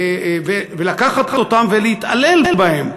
ולקחת אותם ולהתעלל בהם,